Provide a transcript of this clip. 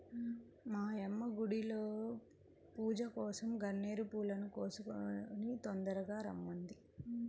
మా యమ్మ గుడిలో పూజకోసరం గన్నేరు పూలను కోసుకొని తొందరగా రమ్మంది